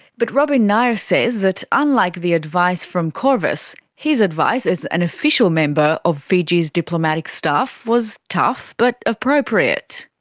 but robin nair says that unlike the advice from qorvis, his advice as an official member of fiji's diplomatic staff was tough but appropriate.